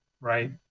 right